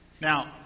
Now